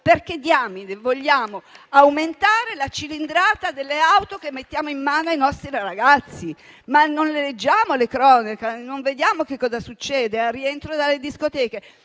Perché diamine vogliamo aumentare la cilindrata delle auto che mettiamo in mano ai nostri ragazzi? Non leggiamo le cronache, non vediamo che cosa succede al rientro dalle discoteche?